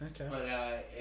Okay